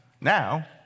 Now